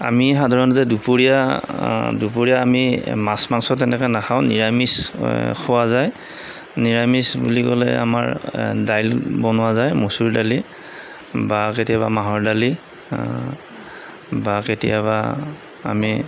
আমি সাধাৰণতে দুপৰীয়া দুপৰীয়া আমি মাছ মাংস তেনেকে নাখাওঁ নিৰামিষ খোৱা যায় নিৰামিষ বুলি ক'লে আমাৰ দাইল বনোৱা যায় মছুৰ দালি বা কেতিয়াবা মাহৰ দালি বা কেতিয়াবা আমি